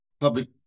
public